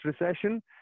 recession